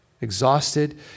exhausted